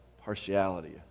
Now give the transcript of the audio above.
partiality